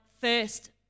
first